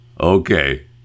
okay